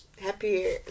happier